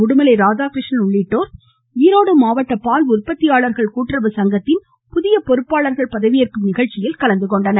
உடுமலை ராதாகிருஷ்ணன் உள்ளிட்டோர் ஈரோடு மாவட்ட பால் உற்பத்தியாளர்கள் கூட்டுறவு சங்கத்தின் புதிய பொறுப்பாளர்கள் பதவியேற்கும் நிகழ்ச்சியில் கலந்துகொண்டனர்